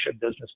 business